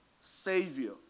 Savior